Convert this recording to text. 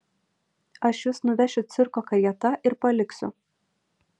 aš jus nuvešiu cirko karieta ir paliksiu